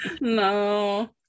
No